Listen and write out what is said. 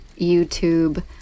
youtube